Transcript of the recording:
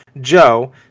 Joe